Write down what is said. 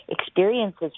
experiences